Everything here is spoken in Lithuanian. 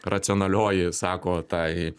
racionalioji sako tai